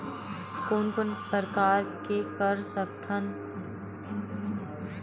कोन कोन प्रकार के कर सकथ हन?